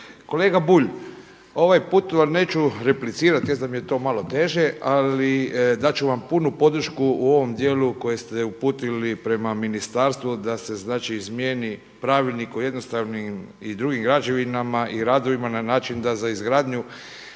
Kolega Bulj ovaj put vam neću replicirati jest da mi je to malo teže, ali dat ću vam punu podršku u ovom dijelu koji ste uputili prema ministarstvu da se znači izmijeni Pravilnik o jednostavnim i drugim građevinama i radovima na način da za izgradnju